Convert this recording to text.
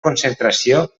concentració